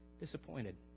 Disappointed